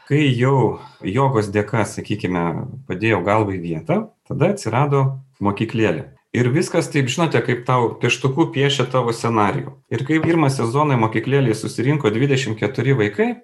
kai jau jogos dėka sakykime padėjau galvą į vietą tada atsirado mokyklėlė ir viskas taip žinote kaip tau pieštuku piešia tavo scenarijų ir kaip pirmą sezoną mokyklėlėj susirinko dvidešim keturi vaikai